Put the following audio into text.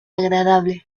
agradable